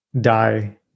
die